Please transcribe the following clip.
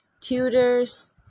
tutors